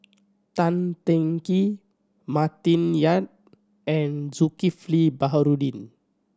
Tan Teng Kee Martin Yan and Zulkifli Baharudin